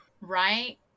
Right